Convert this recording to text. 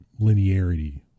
linearity